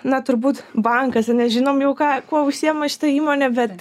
na turbūt bankas ane žinom jau ką kuo užsiima šita įmonė bet